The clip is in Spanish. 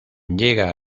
llega